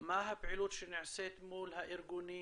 מה הפעילות שנעשית מול הארגונים.